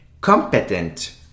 competent